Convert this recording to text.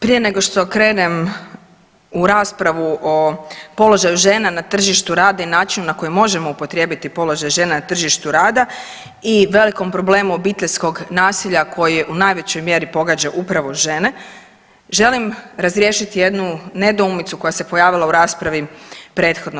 Prije nego što krenem u raspravu o položaju žena na tržištu rada i načinu na koji možemo upotrijebiti položaj žena na tržištu rada i velikom problemu obiteljskog nasilja koji u najvećoj mjeri pogađa upravo žene, želim razriješiti jednu nedoumicu koja se pojavila u raspravi prethodno.